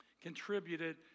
contributed